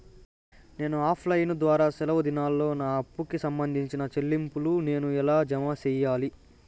నేను offline ద్వారా సెలవు దినాల్లో నా అప్పుకి సంబంధించిన చెల్లింపులు నేను ఎలా జామ సెయ్యాలి?